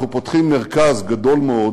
אנחנו פותחים מרכז גדול מאוד,